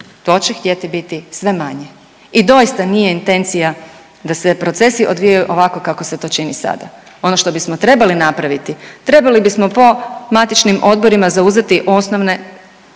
to će htjeti biti sve manje i doista nije intencija da se procesi odvijaju ovako kako se to čini sada. Ono što bismo trebali napraviti, trebali bismo po matičnim odborima zauzeti osnovne